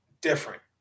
different